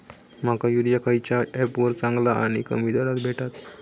माका युरिया खयच्या ऍपवर चांगला आणि कमी दरात भेटात?